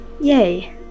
Yay